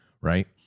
right